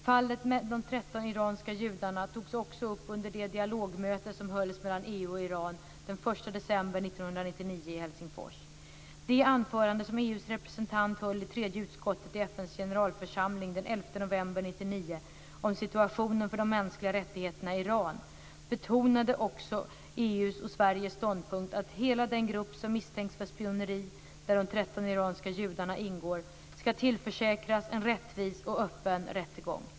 Fallet med de tretton iranska judarna togs också upp under det dialogmöte som hölls mellan EU och Iran den 1 december 1999 i 11 november 1999 om situationen för de mänskliga rättigheterna i Iran betonade också EU:s och Sveriges ståndpunkt att hela den grupp som misstänks för spioneri, där de tretton iranska judarna ingår, ska tillförsäkras en rättvis och öppen rättegång.